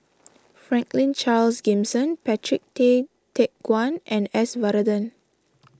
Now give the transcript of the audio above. Franklin Charles Gimson Patrick Tay Teck Guan and S Varathan